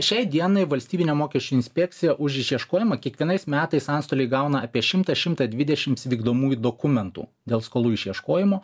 šiai dienai valstybinė mokesčių inspekcija už išieškojimą kiekvienais metais antstoliai gauna apie šimtą šimtą dvidešimts vykdomųjų dokumentų dėl skolų išieškojimo